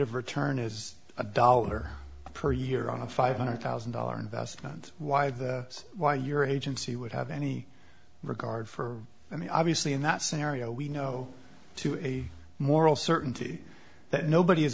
of return is a dollar per year on a five hundred thousand dollar investment why the why your agency would have any regard for i mean obviously in that scenario we know to a moral certainty that nobody is